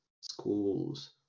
schools